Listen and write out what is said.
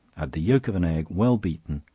add the yelk of an egg well beaten,